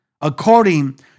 according